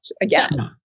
again